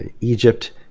Egypt